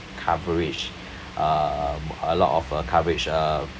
coverage um a lot of uh coverage uh